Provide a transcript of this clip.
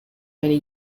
many